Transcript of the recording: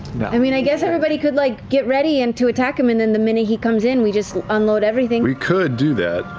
but i mean, i guess everybody could like get ready and to attack him, and then the minute he comes in, we just unload everything. travis we could do that.